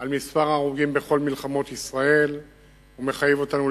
על מספר ההרוגים בכל מלחמות ישראל ומחייב אותנו